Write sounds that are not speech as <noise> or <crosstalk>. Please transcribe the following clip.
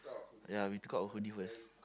<noise> ya we took out our hoodie first